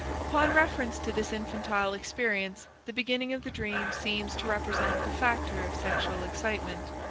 upon reference to this infantile experience, the beginning of the dream seems to represent the factor of sexual excitement.